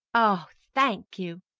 oh, thank you!